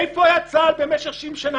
איפה היה צה"ל במשך 60 שנה?